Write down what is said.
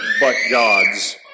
but-gods